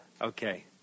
Okay